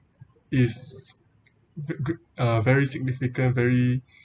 is v~ uh very significant very